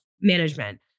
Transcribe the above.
management